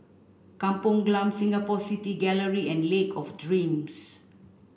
Kampung Glam Singapore City Gallery and Lake of Dreams